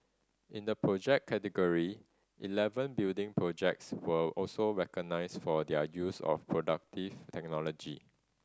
in the project category eleven building projects were also recognised for their use of productive technology